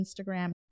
Instagram